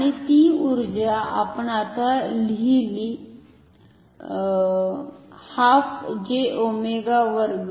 आणि ती उर्जा आपण आत्ता लिहिली हाफ जे ओमेगा वर्ग